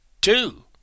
Two